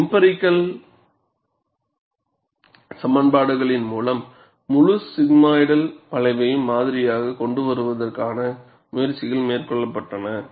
empirical சமன்பாடுகளின் மூலம் முழு சிக்மாய்டல் வளைவையும் மாதிரியாகக் கொண்டுவருவதற்கான முயற்சிகள் மேற்கொள்ளப்பட்டுள்ளன